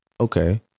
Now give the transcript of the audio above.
Okay